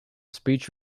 speech